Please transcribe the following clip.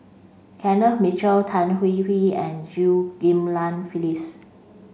Kenneth Mitchell Tan Hwee Hwee and Chew Ghim Lian Phyllis